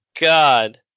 God